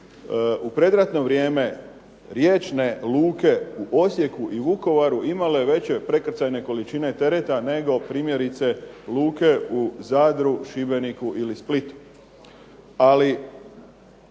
u predratno vrijeme riječne luke u Osijeku i u Vukovaru imali veće prekrcajne količine tereta nego primjerice luke u Zadru, Šibeniku ili Splitu.